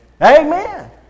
Amen